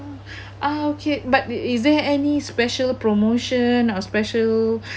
okay but is there any special promotion or special